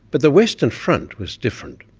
but the western front was different.